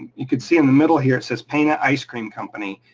you could see in the middle here, it says, pana ice cream company.